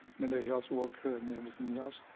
mental health worker and everything else.